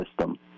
system